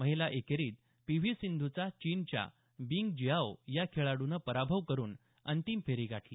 महिला एकेरीत P V सिंधूचा चिनच्या बिंग जिआओ या खेळाड्रनं पराभव करून अंतिम फेरी गाठली